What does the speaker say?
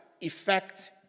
effect